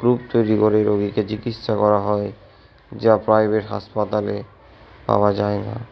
group তৈরি করে রোগিকে চিকিৎসা করা হয় যা প্রাইভেট হাসপাতালে পাওয়া যায় না